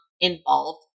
involved